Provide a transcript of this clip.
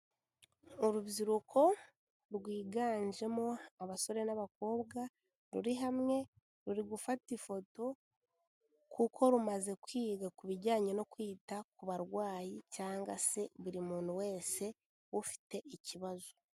Urubyiruko rwiganjemo abasore n'abakobwa ruri hamwe, ruri gufata ifoto kuko rumaze kwiga ku bijyanye no kwita ku barwayi cyangwa se buri muntu wese ufite ikibazo.